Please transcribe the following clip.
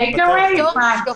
משלוחים,